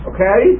Okay